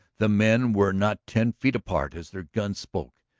the men were not ten feet apart as their guns spoke.